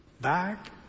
back